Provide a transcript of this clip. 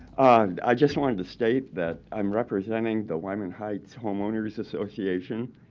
and i just wanted to state that i'm representing the wyman heights homeowners association.